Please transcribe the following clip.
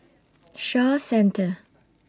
Shaw Centre